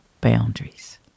boundaries